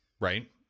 Right